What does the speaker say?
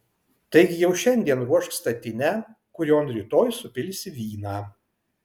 taigi jau šiandien ruošk statinę kurion rytoj supilsi vyną